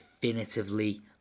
definitively